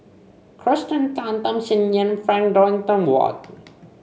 Kirsten Tan Tham Sien Yen and Frank Dorrington Ward